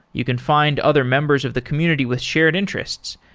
you can find other members of the community with shared interests.